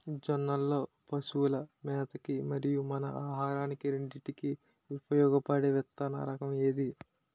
జొన్నలు లో పశువుల మేత కి మరియు మన ఆహారానికి రెండింటికి ఉపయోగపడే విత్తన రకం ఏది?